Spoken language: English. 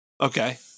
Okay